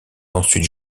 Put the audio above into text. ensuite